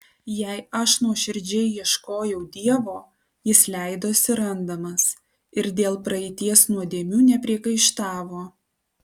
jei aš nuoširdžiai ieškojau dievo jis leidosi randamas ir dėl praeities nuodėmių nepriekaištavo